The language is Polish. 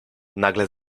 nagle